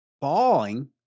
falling